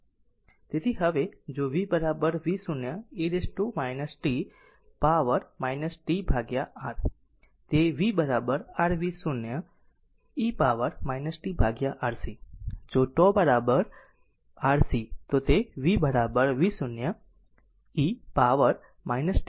તેથી હવે જોV v0 e t power t તે R છે જે v v r v0 e power t R c જો τ RC લે તો v v0 e પાવર પર t